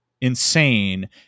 insane